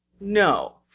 No